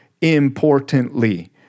importantly